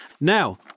Now